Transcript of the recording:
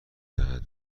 دهد